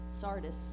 Sardis